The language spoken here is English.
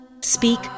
Speak